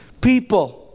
people